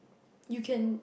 you can